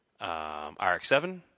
RX-7